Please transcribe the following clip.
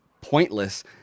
pointless